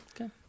Okay